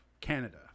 canada